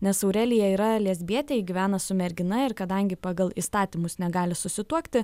nes aurelija yra lesbietė ji gyvena su mergina ir kadangi pagal įstatymus negali susituokti